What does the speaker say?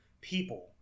people